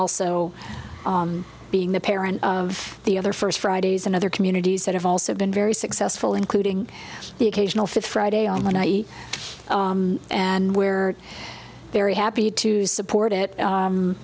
also being the parent of the other first fridays and other communities that have also been very successful including the occasional fifth friday on what i eat and where very happy to support